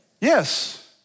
Yes